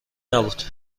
نبود